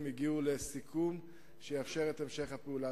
הגיעו לסיכום שיאפשר את המשך הפעולה.